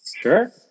Sure